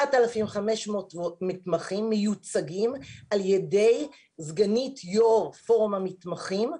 7,500 מתמחים מיוצגים על ידי סגנית יו"ר פורום המתמחים,